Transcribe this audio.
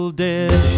dead